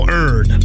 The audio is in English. earn